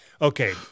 Okay